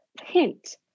hint